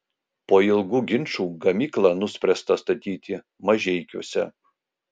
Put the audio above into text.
po ilgų ginčų gamyklą nuspręsta statyti mažeikiuose